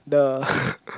the